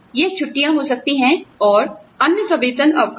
यह छुट्टियाँ हो सकती हैं और अन्य सवेतन अवकाश